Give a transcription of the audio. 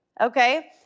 Okay